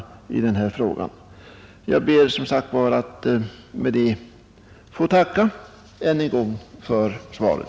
Herr talman! Med detta ber jag att än en gång få tacka för svaret.